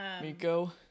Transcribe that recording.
Miko